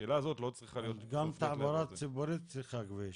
השאלה הזאת לא צריכה להיות מופנית -- גם תחבורה ציבורית צריכה כביש.